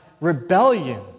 rebellion